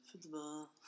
football